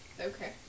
Okay